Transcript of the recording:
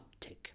uptick